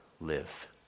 live